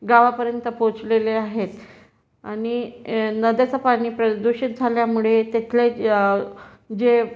गावापर्यन्त पोचलेले आहेत आणि नद्याचं पाणी प्रदूषित झाल्यामुळे तेथले जे